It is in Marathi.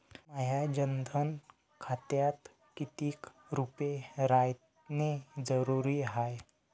माह्या जनधन खात्यात कितीक रूपे रायने जरुरी हाय?